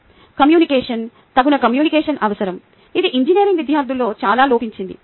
కమ్యూనికేషన్కమ్యూనికేషన్ తగిన కమ్యూనికేషన్ అవసరం ఇది ఇంజనీరింగ్ విద్యార్థులలో చాలా లోపించింది